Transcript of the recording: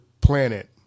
planet